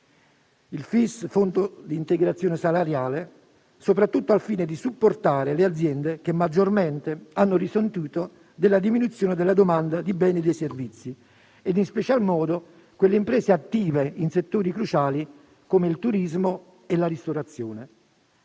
il Fondo di integrazione salariale (FIS), soprattutto al fine di supportare le aziende che maggiormente hanno risentito della diminuzione della domanda di beni e servizi e, in special modo, quelle imprese attive in settori cruciali, come il turismo e la ristorazione.